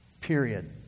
period